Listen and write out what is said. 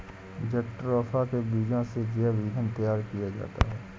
jatropha के बीज से जैव ईंधन तैयार किया जाता है